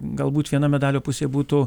galbūt viena medalio pusė būtų